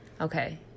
Okay